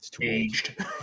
aged